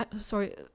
sorry